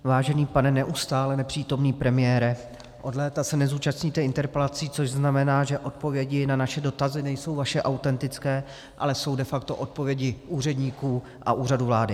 Vážený pane neustále nepřítomný premiére, od léta se neúčastníte interpelací, což znamená, že odpovědi na naše dotazy nejsou vaše autentické, ale jsou to de facto odpovědi úředníků a Úřadu vlády.